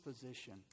position